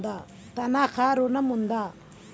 తనఖా ఋణం ఉందా?